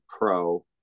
pro